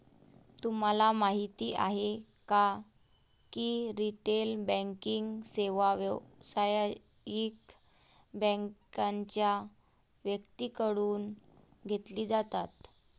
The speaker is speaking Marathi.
तुम्हाला माहिती आहे का की रिटेल बँकिंग सेवा व्यावसायिक बँकांच्या व्यक्तींकडून घेतली जातात